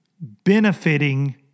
benefiting